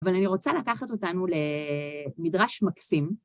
אבל אני רוצה לקחת אותנו למדרש מקסים...